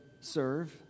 serve